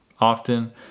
often